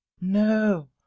no